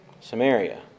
Samaria